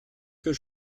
für